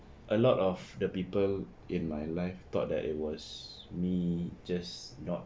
a lot of the people in my life thought that it was me just not